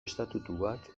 estatutuak